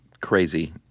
crazy